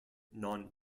non